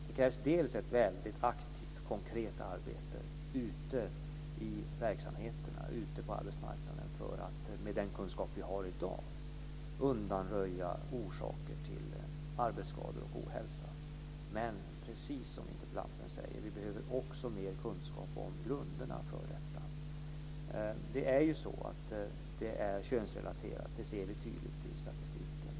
Det krävs ett väldigt aktivt, konkret arbete ute i verksamheterna och ute på arbetsmarknaden för att vi med den kunskap som vi har i dag ska kunna undanröja orsaker till arbetsskador och ohälsa, men precis som interpellanten säger behöver vi också mer kunskap om grunderna för detta. Det är ju så att det är könsrelaterat. Det ser vi tydligt i statistiken.